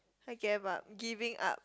I gave up giving up